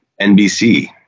NBC